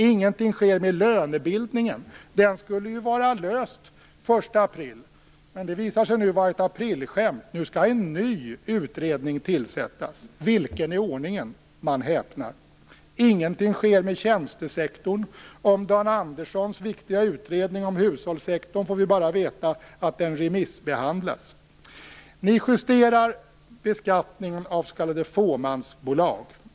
Ingenting sker med lönebildningen. Den skulle ju vara löst den 1 april, men det visar sig nu vara ett aprilskämt. Nu skall en ny utredning tillsättas. Vilken i ordningen? Man häpnar. Ingenting sker med tjänstesektorn. Om Dan Anderssons viktiga utredning om hushållssektorn får vi bara veta att den remissbehandlas. Ni justerar beskattningen av s.k. fåmansbolag.